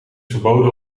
verboden